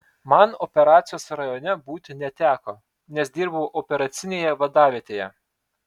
man operacijos rajone būti neteko nes dirbau operacinėje vadavietėje